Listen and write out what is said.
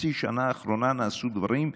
בחצי שנה האחרונה נעשו דברים,